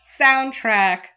soundtrack